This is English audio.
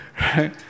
right